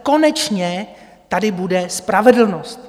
Konečně tady bude spravedlnost.